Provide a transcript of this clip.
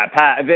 Pat